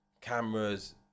cameras